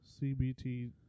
cbt